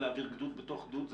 להעביר גדוד בתוך גדוד,